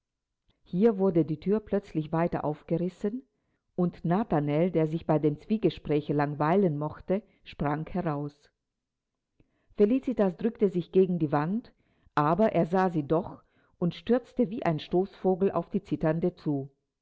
hier wurde die thür plötzlich weiter aufgerissen und nathanael der sich bei dem zwiegespräche langweilen mochte sprang heraus felicitas drückte sich gegen die wand aber er sah sie doch und stürzte wie ein stoßvogel auf die zitternde zu